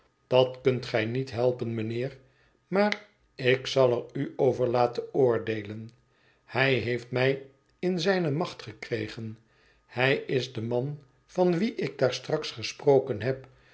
dat kunt gij niet helpen mijnheer maar ik zal er u over laten oordeelen hij heeft mij in zijne macht gekregen hij is de man van wien ik daar straks gesproken heb